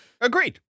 Agreed